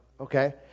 Okay